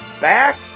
back